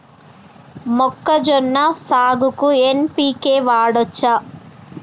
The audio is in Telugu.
మొక్కజొన్న సాగుకు ఎన్.పి.కే వాడచ్చా?